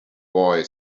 boy